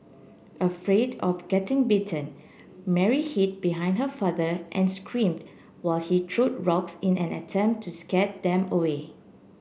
afraid of getting bitten Mary hid behind her father and screamed while he threw rocks in an attempt to scare them away